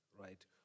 right